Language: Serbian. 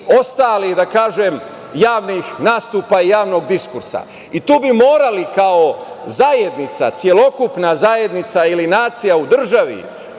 ostalih javnih nastupa i javnog diskursa. Tu bi morali, kao zajednica, celokupna zajednica ili nacija u državi,